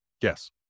Yes